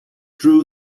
drew